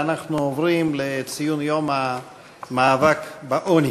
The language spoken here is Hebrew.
אנחנו עוברים לציון יום המאבק בעוני,